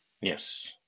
Yes